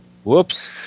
Whoops